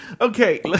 Okay